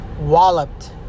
walloped